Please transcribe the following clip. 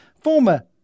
former